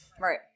Right